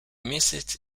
message